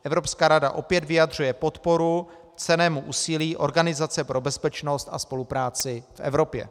Evropská rada opět vyjadřuje podporu cennému úsilí Organizace pro bezpečnost a spolupráci v Evropě.